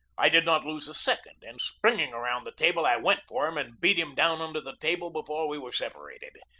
i did not lose a second, and, spring ing around the table, i went for him and beat him down under the table before we were separated.